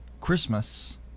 Christmas